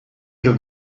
ihre